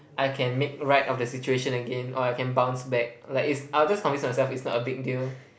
I can make right of the situation again or I can bounce back like is I'll just convince myself it's not a big deal